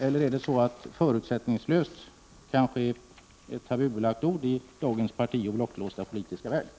Eller är det så att ”förutsättningslöst” är ett tabubelagt ord i dagens partioch blocklåsta politiska värld?